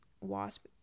wasp